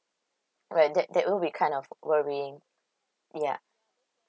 right that that will be kind of worrying yeah